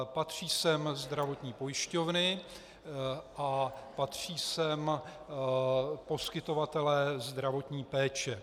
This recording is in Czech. Patří sem zdravotní pojišťovny a patří sem poskytovatelé zdravotní péče.